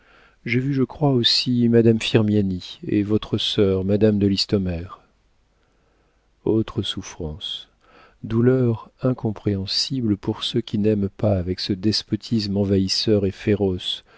j'ai vu je crois aussi madame firmiani et votre sœur madame de listomère autre souffrance douleur incompréhensible pour ceux qui n'aiment pas avec ce despotisme envahisseur et féroce